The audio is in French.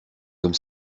comme